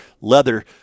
leather